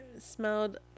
smelled